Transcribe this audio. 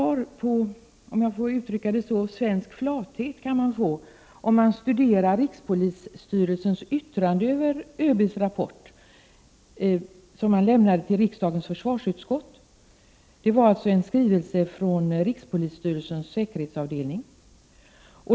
Ett prov på svensk flathet, om jag får kalla det så, kan man få om man studerar rikspolisstyrelsens yttrande över ÖB:s rapport, som lämnades till riksdagens försvarsutskott. Denna skrivelse kommer från rikspolisstyrelsens säkerhetsavdelning.